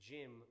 Jim